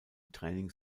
training